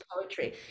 poetry